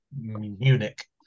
munich